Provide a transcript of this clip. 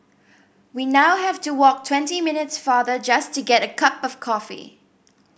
we now have to walk twenty minutes farther just to get a cup of coffee